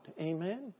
Amen